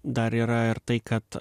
dar yra ir tai kad